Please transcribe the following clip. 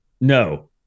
No